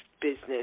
business